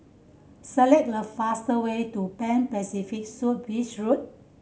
select the fastest way to Pan Pacific Suite Beach Road